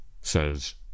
Says